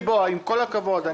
עם כל הכבוד,